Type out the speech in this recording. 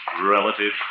Relative